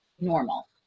normal